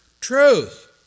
truth